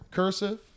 cursive